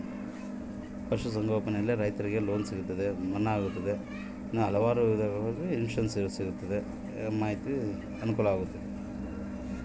ಪಶುಸಂಗೋಪನೆಯಲ್ಲಿ ರೈತರಿಗೆ ಆಗುವಂತಹ ಅನುಕೂಲಗಳು?